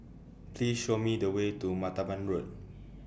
Please Show Me The Way to Martaban Road